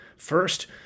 first